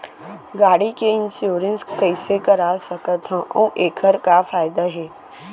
गाड़ी के इन्श्योरेन्स कइसे करा सकत हवं अऊ एखर का फायदा हे?